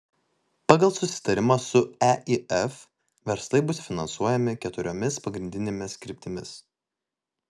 pagal susitarimą su eif verslai bus finansuojami keturiomis pagrindinėmis kryptimis